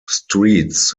streets